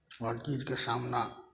हर चीजके सामना